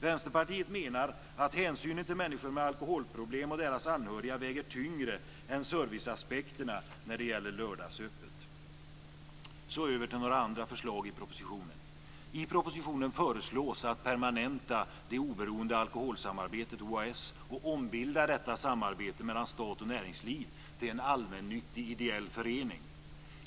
Vänsterpartiet menar att hänsynen till människor med alkoholproblem och deras anhöriga väger tyngre än serviceaspekterna när det gäller lördagsöppet. Jag går nu över till att tala om några andra förslag i propositionen. I propositionen föreslås att permanenta det oberoende alkoholsamarbetet OAS och ombilda detta samarbete mellan stat och näringsliv till en allmännyttig ideell förening.